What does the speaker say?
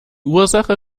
ursache